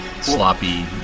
sloppy